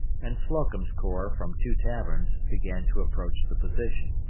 and slocum's corps from two taverns, began to approach the position.